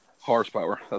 horsepower